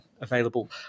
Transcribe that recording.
available